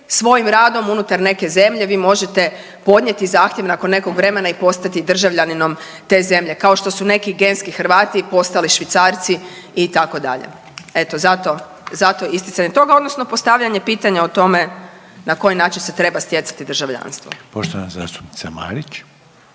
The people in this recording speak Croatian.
svoj radom unutar neke zemlje, vi možete podnijeti zahtjev nakon nekog vremena i postati državljaninom te zemlje kao što su neki genski Hrvati postali Švicarci itd. Eto zato isticanje toga odnosno postavljanje pitanja o tome na koji način se treba stjecati državljanstvo. **Reiner,